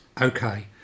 Okay